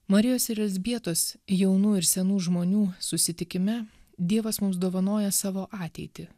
marijos ir elzbietos jaunų ir senų žmonių susitikime dievas mums dovanoja savo ateitį